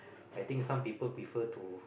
I think some people prefer to